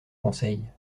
conseil